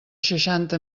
seixanta